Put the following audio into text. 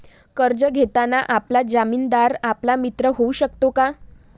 कर्ज घेताना आपला जामीनदार आपला मित्र होऊ शकतो का?